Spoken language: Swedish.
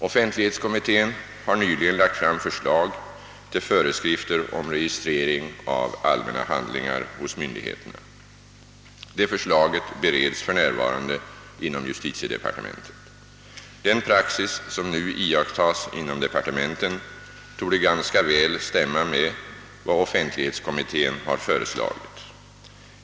Offentlighetskommittén har nyligen lagt fram förslag till föreskrifter om registrering av allmänna handlingar hos myndigheterna. Detta förslag bereds för närvarande inom justitiedepartementet. Den praxis som nu iakttas inom departementen torde ganska väl stämma med vad offentlighetskommittén har föreslagit.